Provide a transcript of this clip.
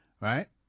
Right